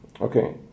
Okay